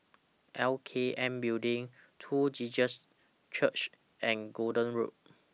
L K N Building True Jesus Church and Gordon Road